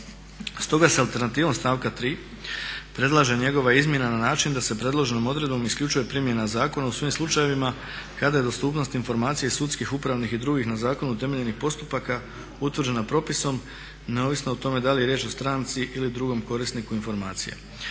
Stoga se alternativom stavka 3. predlaže njegova izmjena na način da se predloženom odredbom isključuje primjena zakona u svim slučajevima kada je dostupnost informacije sudskih, upravnih i drugih na zakon utemeljenih postupaka utvrđena propisom neovisno o tome da li je riječ o stranci ili drugom korisniku informacija.